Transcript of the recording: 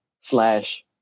slash